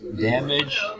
Damage